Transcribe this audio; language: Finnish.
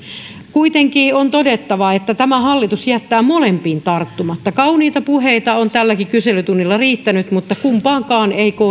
kuitenkin on todettava että tämä hallitus jättää molempiin tarttumatta kauniita puheita on tälläkin kyselytunnilla riittänyt mutta kumpaankaan ei